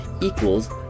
equals